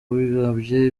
wigambye